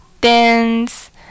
dance